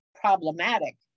problematic